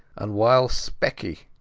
and whiles specky,